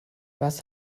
was